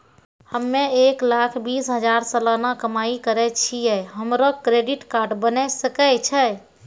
हम्मय एक लाख बीस हजार सलाना कमाई करे छियै, हमरो क्रेडिट कार्ड बने सकय छै?